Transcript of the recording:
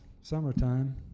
Summertime